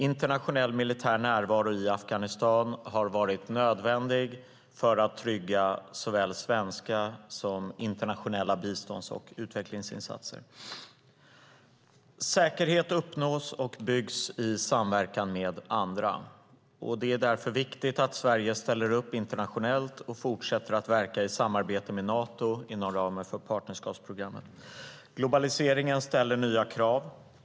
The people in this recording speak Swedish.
Internationell militär närvaro i Afghanistan har varit nödvändig för att trygga såväl svenska som internationella bistånds och utvecklingsinsatser. Säkerhet uppnås och byggs i samverkan med andra. Det är därför viktigt att Sverige ställer upp internationellt och fortsätter att verka i samarbete med Nato inom ramen för partnerskapsprogrammet. Globaliseringen ställer nya krav.